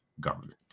government